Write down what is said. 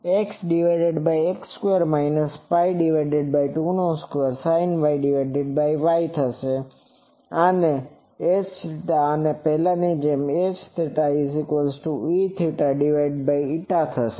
અને Hθ એ પેહલાની જેમ HθE થશે